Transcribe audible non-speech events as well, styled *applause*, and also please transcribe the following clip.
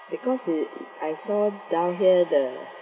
because it's *noise* I saw down here the